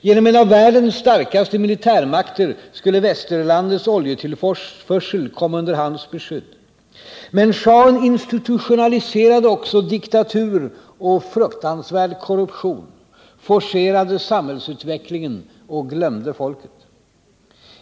Genom en av världens starkaste militärmakter skulle västerlandets oljetillförsel komma under hans beskydd. Men schahen institutionaliserade också diktatur och fruktansvärd korruption, forcerade samhällsutvecklingen och glömde folket.